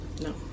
No